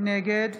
נגד